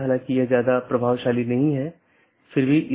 BGP के साथ ये चार प्रकार के पैकेट हैं